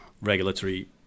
regulatory